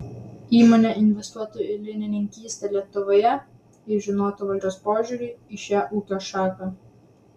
įmonė investuotų į linininkystę lietuvoje jei žinotų valdžios požiūrį į šią ūkio šaką